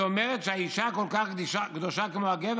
היא אומרת שהאישה כל כך קדושה כמו הגבר.